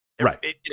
right